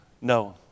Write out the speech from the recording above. No